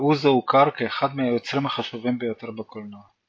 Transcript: ואוזו הוכר כאחד מהיוצרים החשובים ביותר בקולנוע.